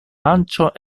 lancio